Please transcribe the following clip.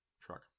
truck